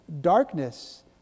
darkness